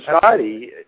society